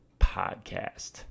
podcast